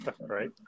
Right